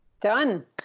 Done